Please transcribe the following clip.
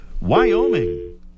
wyoming